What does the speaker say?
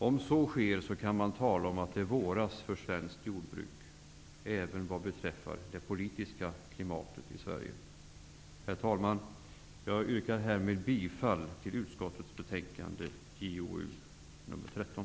Om så sker kan man tala om att det våras för svenskt jordbruk även vad beträffar det politiska klimatet. Herr talman! Jag yrkar härmed bifall till hemställan i utskottets betänkande JoU13.